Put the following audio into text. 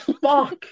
fuck